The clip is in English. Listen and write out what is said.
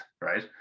right